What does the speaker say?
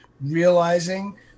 realizing